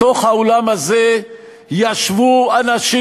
בתוך האולם הזה ישבו אנשים